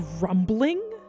rumbling